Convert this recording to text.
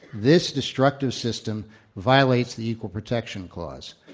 this destructive system violates the equal protection clause.